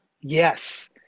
Yes